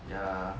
ya